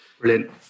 brilliant